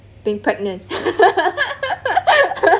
being pregnant